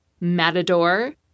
matador